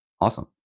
awesome